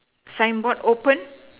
sign board open